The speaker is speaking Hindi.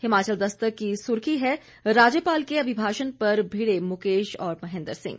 हिमाचल दस्तक की सुर्खी है राज्यपाल के अभिभाषण पर भिड़े मुकेश और महेंद्र सिंह